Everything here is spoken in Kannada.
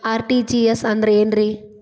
ಆರ್.ಟಿ.ಜಿ.ಎಸ್ ಅಂದ್ರ ಏನ್ರಿ?